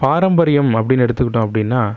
பாரம்பரியம் அப்படினு எடுத்துக்கிட்டோம் அப்படின்னா